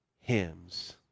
hymns